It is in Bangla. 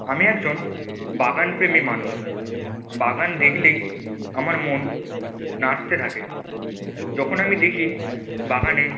আমি একজন বাগানপ্রেমী মানুষ বাগান দেখলেই আমার মন নাচতে থাকে যখন আমি দেখি বাগানে